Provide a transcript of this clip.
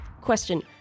question